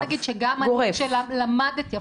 בוא נגיד שגם הנושא שעליו למדתי,